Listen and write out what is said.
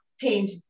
paint